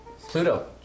Pluto